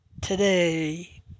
today